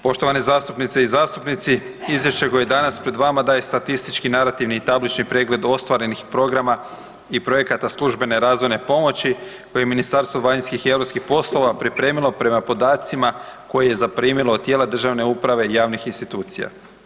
Poštovane zastupnice i zastupnici, izvješće koje je danas pred vama daje statistički narativni i tablični pregled ostvarenih programa i projekata službene razvojne pomoći koje je Ministarstvo vanjskih i europskih poslova pripremilo prema podacima koje je zaprimilo od tijela državne uprave i javnih institucija.